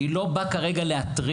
אני לא בא כרגע להתריס.